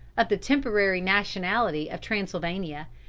of the temporary nationality of transylvania,